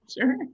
sure